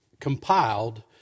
compiled